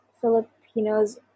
Filipinos